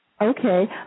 Okay